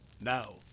Now